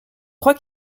crois